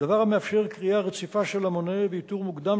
דבר המאפשר קריאה רציפה של המונה ואיתור מוקדם